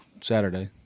Saturday